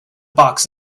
box